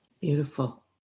Beautiful